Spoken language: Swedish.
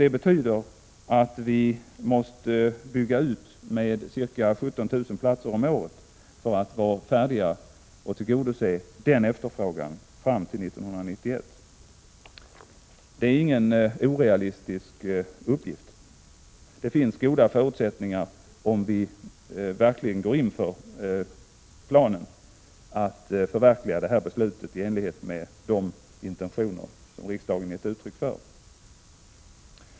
Det betyder att vi måste bygga ut med ca 17 000 platser om året för att tillgodose efterfrågan fram till 1991. Det är ingen orealistisk uppgift. Det finns goda förutsättningar, om vi verkligen går in för planen, att förverkliga beslutet i enlighet med de intentioner som riksdagen gett uttryck för.